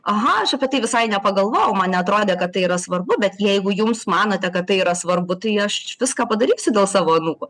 aha aš apie tai visai nepagalvojau man neatrodė kad tai yra svarbu bet jeigu jums manote kad tai yra svarbu tai aš viską padarysiu dėl savo anūkų